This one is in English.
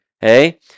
Hey